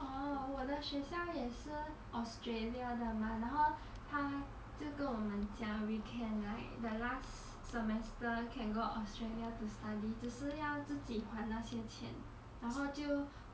orh 我的学校也是 australia 的吗然后他就跟我们讲 we can like the last semester can go austrlia to study 只是要自己还那些钱然后就